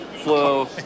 flow